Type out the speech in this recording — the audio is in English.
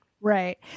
Right